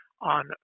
on